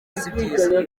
sibyiza